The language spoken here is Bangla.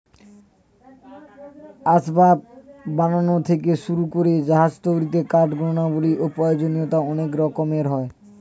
আসবাব বানানো থেকে শুরু করে জাহাজ তৈরিতে কাঠের গুণাবলী ও প্রয়োজনীয়তা অনেক রকমের হয়